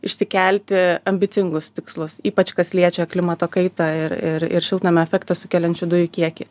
išsikelti ambicingus tikslus ypač kas liečia klimato kaitą ir ir ir šiltnamio efektą sukeliančių dujų kiekį